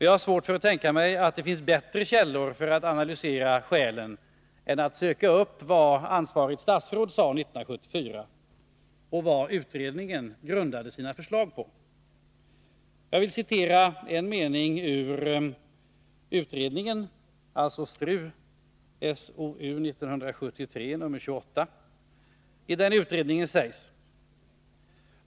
Jag har svårt att tänka mig att det finns bättre källor för att analysera skälen än att söka upp vad ansvarigt statsråd sade 1974 och vad utredningen grundade sina förslag på. Jag vill citera en mening ur utredningen STRU-SoU 1973:28.